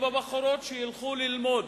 ובבחורות שתלכנה ללמוד,